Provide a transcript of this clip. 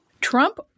Trump